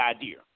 idea